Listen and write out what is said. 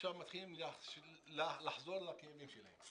מתחילים לחזור לכאבים שלהם,